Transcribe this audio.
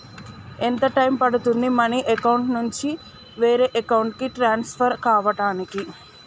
ఎంత టైం పడుతుంది money account నుంచి వేరే అకౌంట్ కి ట్రాన్స్ఫర్ కావటానికి?